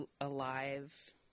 alive